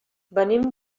venim